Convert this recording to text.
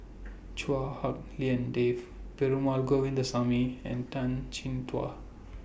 Chua Hak Lien Dave Perumal Govindaswamy and Tan Chin Tuan